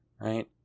right